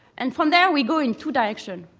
and from there, we go in two directions.